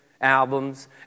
albums